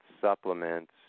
supplements